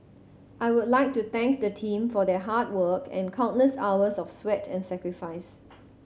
I would like to thank the team for their hard work and countless hours of sweat and sacrifice